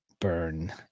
Burn